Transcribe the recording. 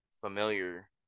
familiar